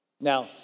Now